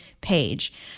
page